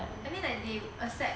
I mean like they accept